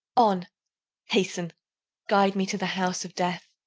on hasten guide me to the house of death,